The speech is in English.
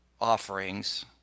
offerings